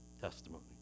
testimony